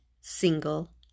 single